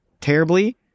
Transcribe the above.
terribly